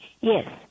Yes